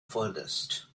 furthest